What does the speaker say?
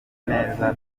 neza